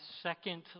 second